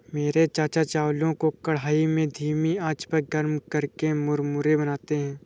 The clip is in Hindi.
मेरे चाचा चावलों को कढ़ाई में धीमी आंच पर गर्म करके मुरमुरे बनाते हैं